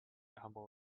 humble